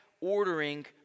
ordering